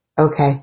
Okay